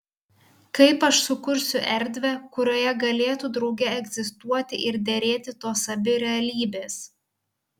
kaip aš sukursiu erdvę kurioje galėtų drauge egzistuoti ir derėti tos abi realybės